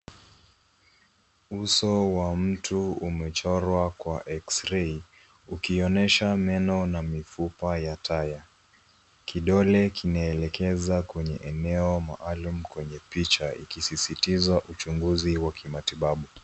Uso wa mtu umechorwa kwa eksrei ukionyesha meno na mifupa ya taya, kidole kinaelekeza kwenye eneo maalum kwenye picha ikisisitiza uchunguzi wa kimatibabu.